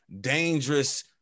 dangerous